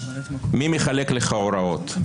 מי מחלק לך הוראות?